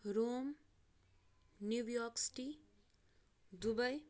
Rome New York city Dubai